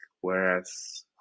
Whereas